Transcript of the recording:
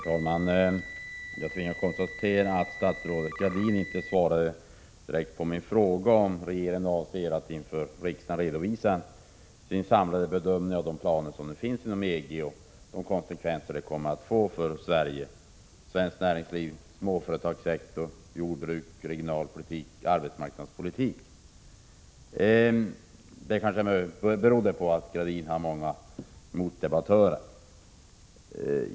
Herr talman! Jag tvingas konstatera att statsrådet Gradin inte svarade direkt på min fråga, om regeringen avser att inför riksdagen redovisa sin samlade bedömning av de planer som nu finns inom EG och de konsekvenser de kommer att få för Sveriges näringsliv, småföretagssektor, jordbruk, regionalpolitik eller arbetsmarknadspolitik. Det kanske berodde på att Anita Gradin har många motdebattörer.